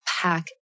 pack